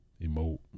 emote